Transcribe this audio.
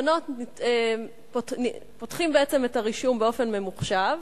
בעצם פותחים את הרישום באופן ממוחשב,